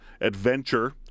adventure